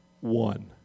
one